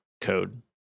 code